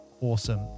awesome